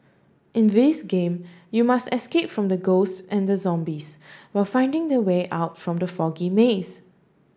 in this game you must escape from the ghost and zombies while finding the way out from the foggy maze